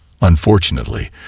Unfortunately